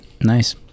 nice